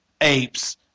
apes